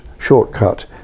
shortcut